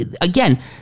Again